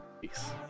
peace